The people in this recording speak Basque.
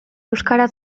euskara